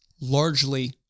largely